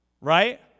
right